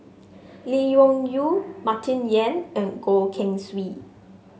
Lee Wung Yew Martin Yan and Goh Keng Swee